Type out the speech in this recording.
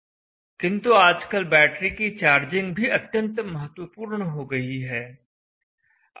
किंतु आजकल बैटरी की चार्जिंग भी अत्यंत महत्वपूर्ण हो गई है